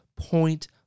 Point